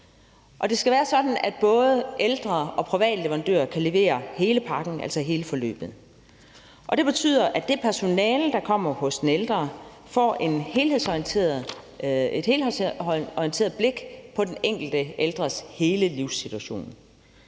Det skal være sådan, at både offentlige og private leverandører kan levere hele pakken, altså hele forløbet. Det betyder, at det personale, der kommer hos den ældre, får et helhedsorienteret blik på den enkelte ældres hele livssituation.